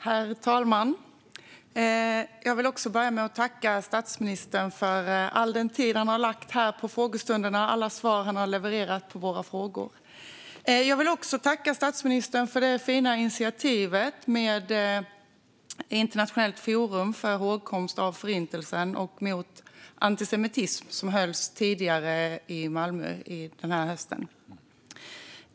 Herr talman! Jag vill också börja med att tacka statsministern för all den tid han lagt på frågestunderna här och alla svar han levererat på våra frågor. Jag vill också tacka statsministern för det fina initiativet med Malmö internationella forum för hågkomsten av Förintelsen och bekämpande av antisemitism, som hölls tidigare den här hösten.